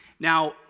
Now